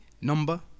number